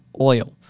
oil